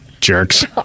Jerks